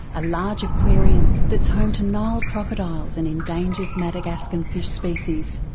a large aquarium that's home to nile crocodiles and endangered madagascan fish species.